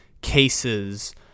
cases